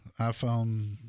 iPhone